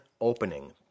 opening